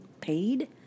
paid